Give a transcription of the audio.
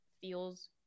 feels